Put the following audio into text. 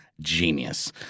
genius